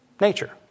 nature